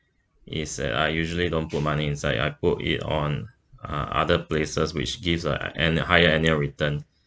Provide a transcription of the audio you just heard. it's uh I usually don't put money inside I put it on uh other places which gives a and higher annual return